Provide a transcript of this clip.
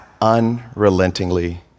unrelentingly